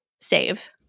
save